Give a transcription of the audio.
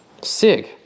Sig